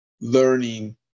learning